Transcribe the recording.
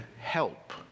help